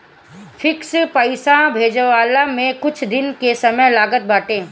fix पईसा भेजाववला में कुछ दिन के समय लागत बाटे